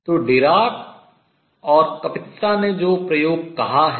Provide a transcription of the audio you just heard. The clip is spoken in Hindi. तो Dirac and Kapitsa डिराक और कपित्सा ने जो प्रयोग कहा है